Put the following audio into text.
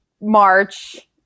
March